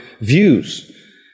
views